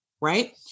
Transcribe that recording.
Right